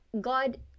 God